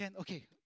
Okay